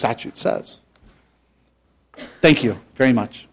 statute says thank you very much